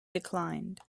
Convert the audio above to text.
declined